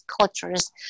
cultures